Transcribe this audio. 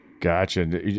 Gotcha